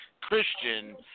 Christian